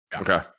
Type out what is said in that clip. Okay